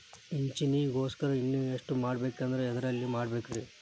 ಪಿಂಚಣಿ ಗೋಸ್ಕರ ಇನ್ವೆಸ್ಟ್ ಮಾಡಬೇಕಂದ್ರ ಎದರಲ್ಲಿ ಮಾಡ್ಬೇಕ್ರಿ?